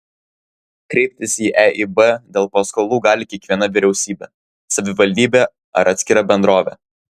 kreiptis į eib dėl paskolų gali kiekviena vyriausybė savivaldybė ar atskira bendrovė